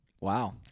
Wow